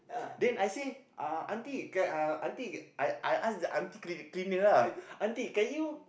then I say uh auntie can uh auntie I I ask the auntie clean cleaner lah auntie can you